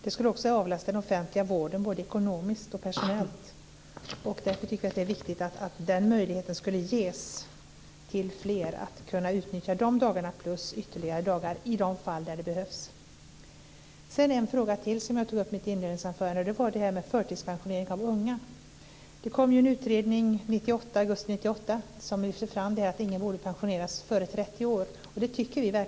Det skulle också avlasta den offentliga vården både ekonomiskt och personellt. Därför tycker vi att det är viktigt att fler ges möjligheten att utnyttja de 60 dagarna och ytterligare dagar i de fall där det behövs. Jag vill ta upp en fråga till, som jag också tog upp i mitt inledningsanförande. Det gällde förtidspensionering av unga. Det kom en utredning i augusti 1998 som lyfte fram att ingen borde pensioneras innan han eller hon är 30 år.